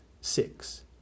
six